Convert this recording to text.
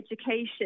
education